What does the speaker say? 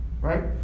right